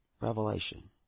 Revelation